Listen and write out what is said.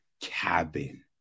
cabin